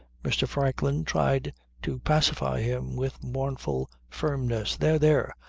mr. franklin tried to pacify him with mournful firmness. there, there!